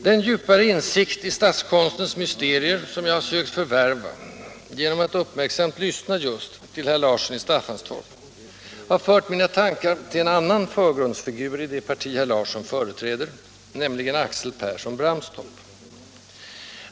Den djupare insikt i statskonstens mysterier, som jag sökt förvärva genom att uppmärksamt lyssna just till herr Larsson i Staffanstorp, har fört mina tankar till en annan förgrundsfigur i det parti herr Larsson företräder, nämligen Axel Pehrsson-Bramstorp.